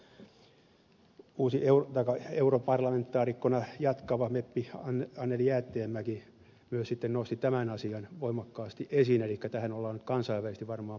rohkaisevaa tosiaan oli että europarlamentaarikkona jatkava meppi anneli jäätteenmäki myös nosti tämän asian voimakkaasti esiin elikkä tähän ollaan nyt kansainvälisesti varmaan puuttumassa